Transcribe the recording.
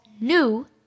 new